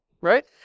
Right